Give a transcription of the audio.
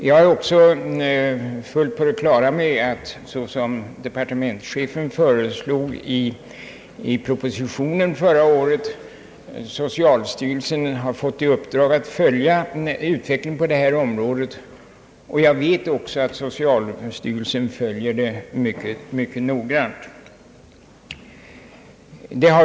Jag är också fullt på det klara med att socialstyrelsen, såsom departementschefen föreslog i propositionen förra året, har fått i uppdrag att följa utvecklingen på detta område. Jag vet också att socialstyrelsen gör det mycket noggrant.